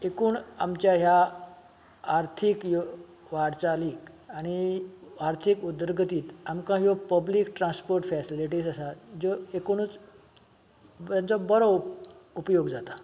आनी एकूण आमच्या ह्या आर्थीक वाटचालीक आनी आर्थीक उदरगतींत आमकां ह्यो पब्लीक ट्रान्सपोर्ट फेसिलिटीस आसात ज्यो एकुणच हांचो बरो उपयोग जाता